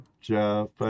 Jeff